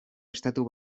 estatu